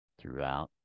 throughout